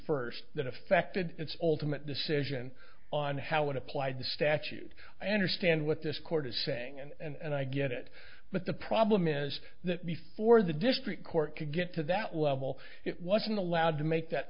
first that affected it's ultimately decision on how it applied the statute i understand what this court is saying and i get it but the problem is that before the district court to get to that level it wasn't allowed to make that